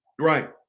right